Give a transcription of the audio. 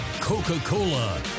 coca-cola